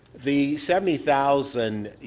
the seventy thousand